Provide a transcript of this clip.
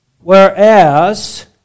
Whereas